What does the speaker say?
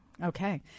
Okay